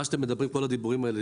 כל הדיבורים האלה,